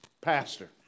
pastor